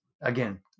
Again